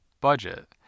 budget